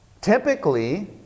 Typically